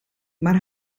maar